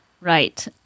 Right